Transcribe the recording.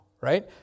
right